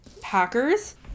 Packers